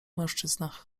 mężczyznach